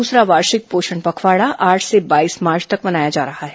दूसरा वार्षिक पोषण पखवाड़ा आठ से बाईस मार्च तक मनाया जा रहा है